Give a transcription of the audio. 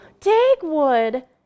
Dagwood